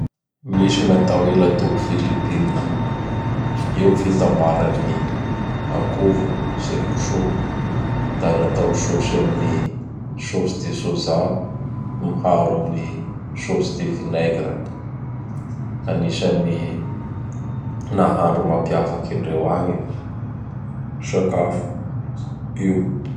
Misy gn'atao hoe Ladobo filipinina; io fitambaran'ny akoho sy gn kso; da atao sôsy amin'ny sôsy de sôza; miharo amin'ny sôsy de vinaigre. Anisan'ny nahandro mapiavaky andreo agny io sakafo io.